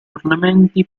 ornamenti